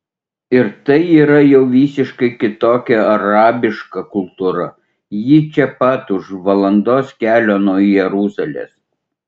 ir tai yra jau visiškai kitokia arabiška kultūra ji čia pat už valandos kelio nuo jeruzalės